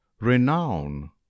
Renown